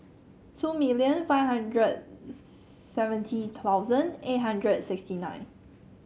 million five hundred seventy thousand eight hundred sixty nine